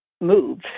move